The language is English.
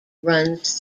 runs